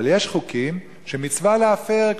אבל יש חוקים שמצווה להפר,